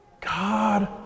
God